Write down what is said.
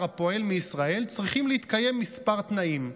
הפועל מישראל צריכים להתקיים כמה תנאים.